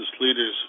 leaders